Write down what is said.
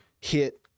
hit